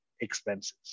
expenses